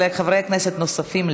אבל לחברי כנסת נוספים,